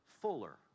Fuller